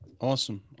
Awesome